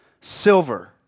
silver